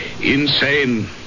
insane